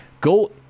Go